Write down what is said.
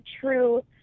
true